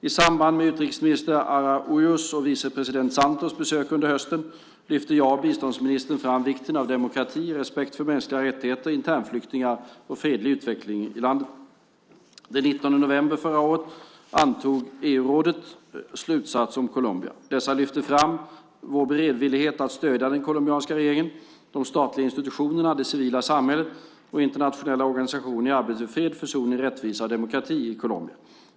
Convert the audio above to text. I samband med utrikesminister Araújos och vicepresident Santos besök under hösten, lyfte jag och biståndsministern fram vikten av demokrati, respekt för mänskliga rättigheter, internflyktingar och fredlig utveckling i landet. Den 19 november 2007 antog Rådet för allmänna frågor och yttre förbindelser slutsatser om Colombia. Dessa lyfter fram EU:s beredvillighet att stödja den colombianska regeringen, de statliga institutionerna, det civila samhället och internationella organisationer i arbetet för fred, försoning, rättvisa och demokrati i Colombia.